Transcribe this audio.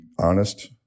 honest